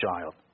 child